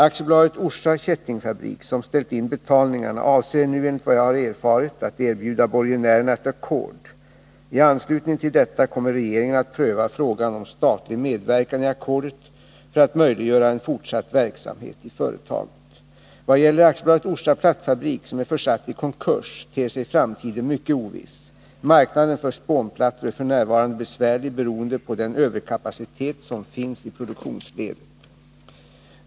AB Orsa Kättingfabrik, som ställt in betalningarna, avser nu, enligt vad jag har erfarit, att erbjuda borgenärerna ett ackord. I anslutning till detta kommer regeringen att pröva frågan om statlig medverkan i ackordet för att möjliggöra en fortsatt verksamhet i företaget. Vad gäller AB Orsa Plattfabrik, som är försatt i konkurs, ter sig framtiden mycket oviss. Marknaden för spånplattor är f. n. besvärlig, beroende på den överkapacitet som finns i produktionsledet.